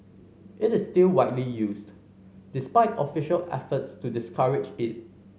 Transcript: it is still widely used despite official efforts to discourage it